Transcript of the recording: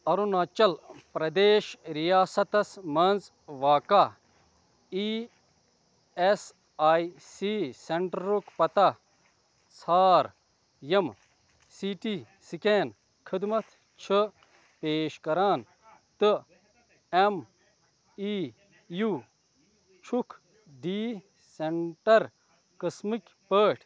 اروناچَل پرٛدیش رِیاستَس منٛز واقع ای اٮ۪س آی سی سٮ۪نٛٹَرُک پتاہ ژھار یِم سی ٹی سِکین خدمت چھِ پیش کَران تہٕ اٮ۪م ای یوٗ چھُکھ ڈی سٮ۪نٛٹَر قٕسمٕکۍ پٲٹھۍ